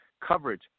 coverage